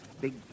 big